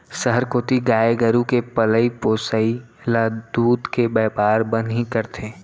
सहर कोती गाय गरू के पलई पोसई ल दूद के बैपार बर ही करथे